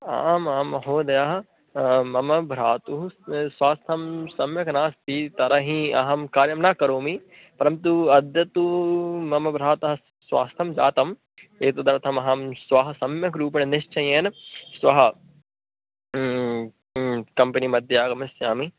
आम् आं महोदयः मम भ्रातुः स्वास्थं सम्यग् नास्ति तर्हि अहं कार्यं न करोमि परन्तु अद्य तु मम भ्रातः स्वस्थः जातः एतदर्थमहं श्वः सम्यग्रूपेण निश्चयेन श्वः कम्पेनि मध्ये आगमिष्यामि